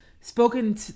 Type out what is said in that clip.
spoken